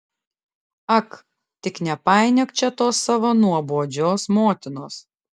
ak tik nepainiok čia tos savo nuobodžios motinos